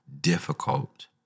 difficult